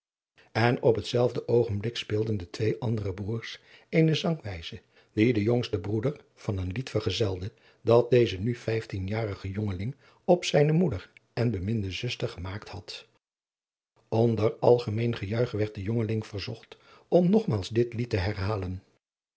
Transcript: en op hetzelfde oogenblik speelden de twee andere broeders eene zangwijze die de jongste broeder van een lied vergezelde dat deze nu vijftienjarige jongeling op zijne moeder en beminde zuster gemaakt had onder algemeen gejuich werd de jongeling verzocht om nogmaals dit lied te herhalen